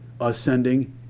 ascending